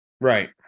Right